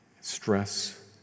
stress